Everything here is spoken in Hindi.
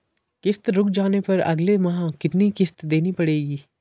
किश्त रुक जाने पर अगले माह कितनी किश्त देनी पड़ेगी?